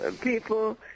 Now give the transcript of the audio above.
people